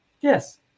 yes